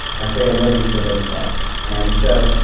ah create a living for themselves. and so,